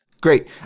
Great